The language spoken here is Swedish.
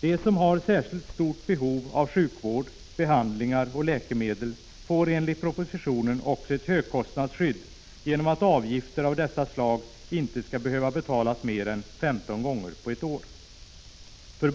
De som har särskilt stort behov av sjukvård, behandlingar och läkemedel får enligt propositionen också ett högkostnadsskydd, genom att avgifter av dessa slag inte skall behöva betalas mer än 15 gånger på ett år.